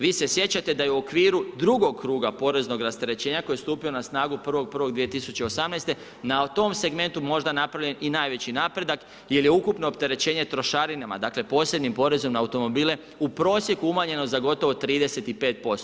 Vi se sjećate da je u okviru drugog kruga poreznog rasterećenja koji je stupio na snagu 1.1.2018. na tom segmentu možda napravljen i najveći napredak, jer je ukupno opterećenje trošarinama dakle, posljednjom porezu na automobile u prosjeku umanjeno za gotovo 35%